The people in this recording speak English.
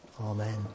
amen